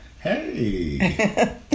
Hey